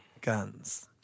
guns